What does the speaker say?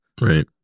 right